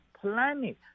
planet